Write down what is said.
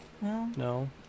No